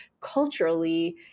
culturally